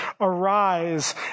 arise